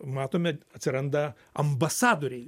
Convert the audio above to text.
matome atsiranda ambasadoriai